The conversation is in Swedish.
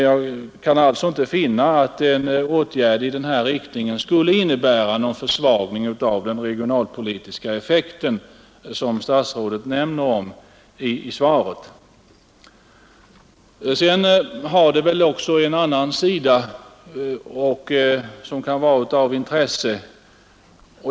Jag kan alltså inte finna att en åtgärd i denna riktning skulle innebära någon sådan försvagning av den regionalpolitiska effekten som statsrådet nämner om i svaret. Saken har också en annan sida som kan vara av intresse.